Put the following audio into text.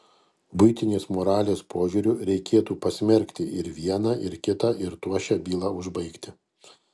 buitinės moralės požiūriu reikėtų pasmerkti ir vieną ir kitą ir tuo šią bylą užbaigti